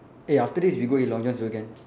eh after this we go eat long John silver can